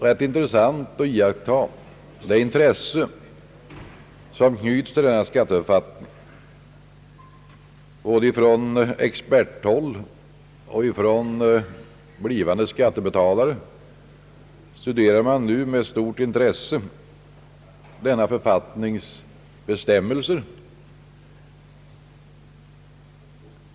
Ett stort intresse kan iakttas för denna skatteförfattning. Såväl experter som blivande skattebetalare studerar nu grundligt denna författnings bestämmelser.